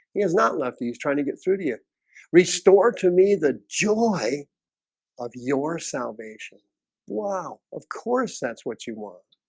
he has not left. he's trying to get through to you restore to me the joy of your salvation wow, of course that's what you want